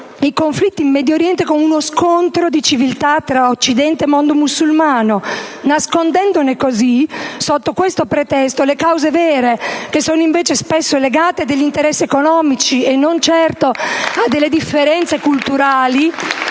i conflitti in Medio Oriente come uno scontro di civiltà tra Occidente e mondo musulmano, nascondendone così, sotto questo pretesto, le cause vere, spesso legate ad interessi economici e non certo a differenze culturali